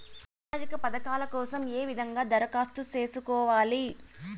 సామాజిక పథకాల కోసం ఏ విధంగా దరఖాస్తు సేసుకోవాలి